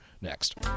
next